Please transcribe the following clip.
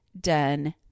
done